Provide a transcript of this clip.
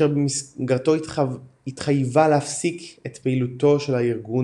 אשר במסגרתו התחייבה להפסיק את פעילותו של הארגון